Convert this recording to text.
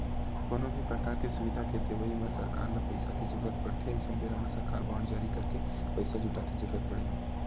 कोनो भी परकार के सुबिधा के देवई म सरकार ल पइसा के जरुरत पड़थे अइसन बेरा म सरकार बांड जारी करके पइसा जुटाथे जरुरत पड़े म